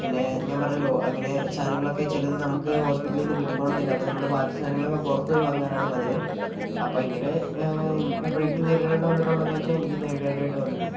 പിന്നെ ഞാൻ പറഞ്ഞല്ലോ അങ്ങനെ സാധനങ്ങൾ ഒക്കെ ചിലത് നമുക്ക് ഹോസ്പിറ്റലിൽ നിന്ന് കിട്ടിക്കോളണം എന്നില്ല അപ്പോൾ നമ്മൾ ബാക്കി സാധനങ്ങളൊക്കെ പുറത്ത് പോയി വാങ്ങാറാണ് പതിവ് അപ്പം ഇങ്ങനെ എപ്പോഴെങ്കിലും നേരിടേണ്ടി വന്നിട്ടുണ്ടോ എന്ന് വെച്ചാൽ എനിക്കും നേരിടേണ്ടതായിട്ട് വന്നിട്ടുണ്ട്